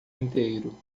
inteiro